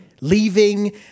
leaving